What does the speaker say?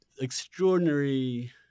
extraordinary